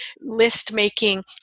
list-making